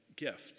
gift